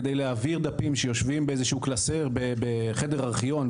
כדי להעביר דפים שיושבים באיזה שהוא קלסר בחדר ארכיון,